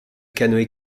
canoë